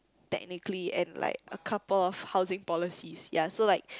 technically and like a couple of housing policies ya so like